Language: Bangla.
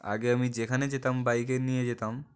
আগে আমি যেখানে যেতাম বাইক নিয়ে যেতাম